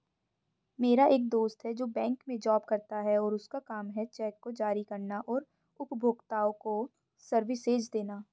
मेरा एक दोस्त है जो बैंक में जॉब करता है और उसका काम है चेक को जारी करना और उपभोक्ताओं को सर्विसेज देना